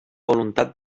voluntat